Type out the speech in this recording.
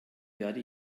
werde